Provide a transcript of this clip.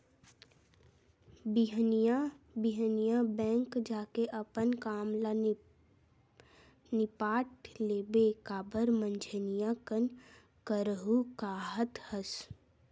बिहनिया बिहनिया बेंक जाके अपन काम ल निपाट लेबे काबर मंझनिया कन करहूँ काहत हस